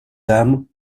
dames